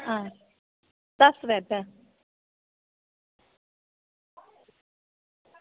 हां दस बैड्ड